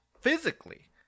Physically